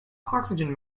oxygen